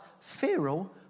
Pharaoh